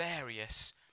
various